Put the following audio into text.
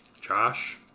Josh